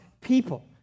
people